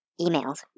emails